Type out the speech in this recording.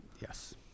Yes